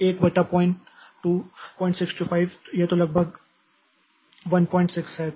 तो 1 बटा 0625 तो यह लगभग 16 है